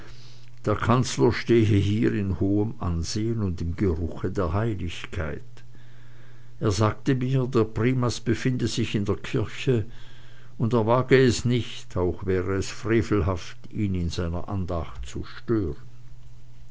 der kanzler stehe hier in hohem ansehen und im geruche der heiligkeit er sagte mir der primas befinde sich in der kirche und er wage es nicht auch wäre es frevelhaft ihn in seiner andacht zu stören